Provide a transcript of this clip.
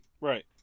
Right